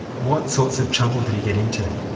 what sorts of trouble did he get into?